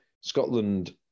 Scotland